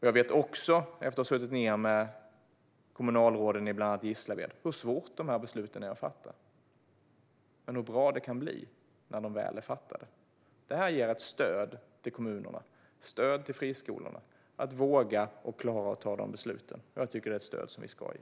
Jag vet också, efter att ha träffat kommunalråd i bland annat Gislaved, hur svåra de här besluten är att fatta men hur bra det kan bli när de väl är fattade. Det här ger ett stöd till kommunerna och till friskolorna att våga ta de här besluten. Jag tycker att det är ett stöd som vi ska ge.